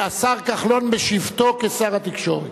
השר כחלון בשבתו כשר התקשורת.